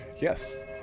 Yes